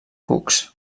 cucs